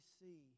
see